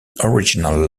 original